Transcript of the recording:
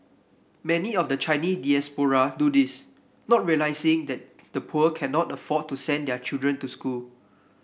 many of the Chinese diaspora do this not realising that the poor cannot afford to send their children to school